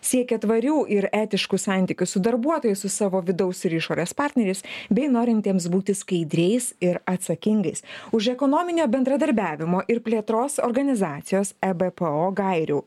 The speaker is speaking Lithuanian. siekia tvarių ir etiškų santykių su darbuotojais su savo vidaus ir išorės partneriais bei norintiems būti skaidriais ir atsakingais už ekonominio bendradarbiavimo ir plėtros organizacijos ebpo gairių